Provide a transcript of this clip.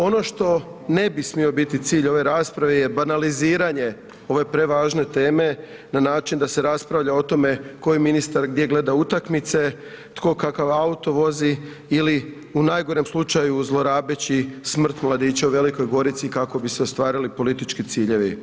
Ono što ne bi smio biti cilj ove rasprave je banaliziranje ove prevažne teme, na način da se raspravlja o tome, tko je ministar, gdje gleda utakmice, tko kakav auto vozi ili u najgorem slučaju zlorabeći smrt mladića u Velikoj Gorici kako bi se ostvarili politički ciljevi.